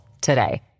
today